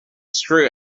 screw